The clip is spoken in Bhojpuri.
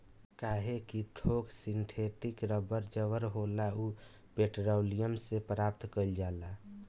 काहे कि थोक सिंथेटिक रबड़ जवन होला उ पेट्रोलियम से प्राप्त कईल जाला